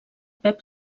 pep